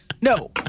No